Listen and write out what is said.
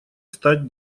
стать